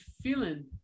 feeling